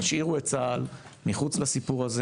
תשאירו את צה"ל מחוץ לסיפור הזה.